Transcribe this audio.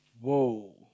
whoa